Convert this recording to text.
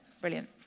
Brilliant